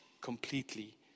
completely